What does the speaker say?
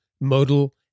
modal